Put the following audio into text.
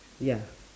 ya